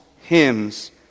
hymns